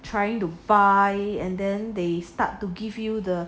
trying to buy and then they start to give you the